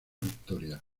victoria